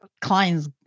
clients